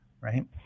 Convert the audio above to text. right